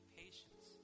patience